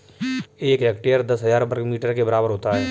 एक हेक्टेयर दस हजार वर्ग मीटर के बराबर होता है